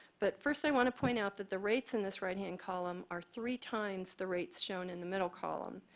but first, i want to point out that the rates in this right hand column are three times the rates shown in the middle column.